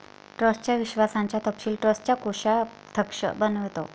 ट्रस्टच्या विश्वासाचा तपशील ट्रस्टचा कोषाध्यक्ष बनवितो